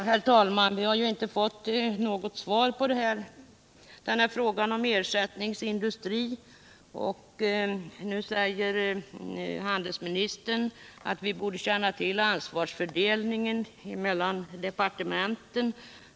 Herr talman! Jag har inte fått något svar på min fråga om ersättningsindustri. Nu säger handelsministern att vi borde känna till ansvarsfördelningen mellan departementen.